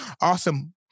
Awesome